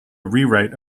rewrite